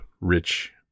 rich